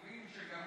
אומרים שגם